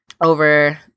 Over